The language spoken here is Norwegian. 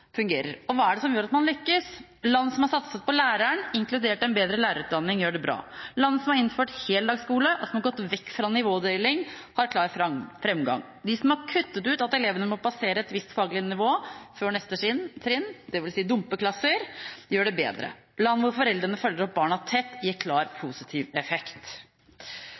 fungerer. Hva er det som gjør at man lykkes? Land som har satset på læreren, inkludert en bedre lærerutdanning, gjør det bra. Land som har innført heldagsskole, og som har gått vekk fra nivådeling, har klar framgang. De som har kuttet ut at elevene må passere et visst faglig nivå før neste trinn, dvs. dumpeklasser, gjør det bedre. I land hvor foreldrene følger opp barna tett, ser man en klar positiv effekt.